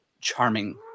charming